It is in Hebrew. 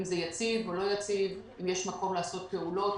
אם זה יציב או לא, ואם יש מקום לעשות פעולות.